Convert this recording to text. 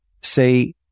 say